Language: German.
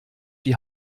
die